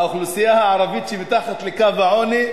האוכלוסייה הערבית שנמצאת מתחת לקו העוני,